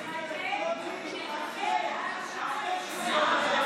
אחרי ניסיון הרצח.